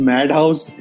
Madhouse